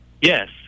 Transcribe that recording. Yes